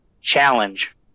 challenge